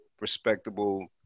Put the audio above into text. Respectable